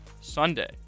Sunday